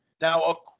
Now